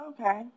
Okay